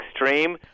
extreme